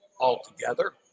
altogether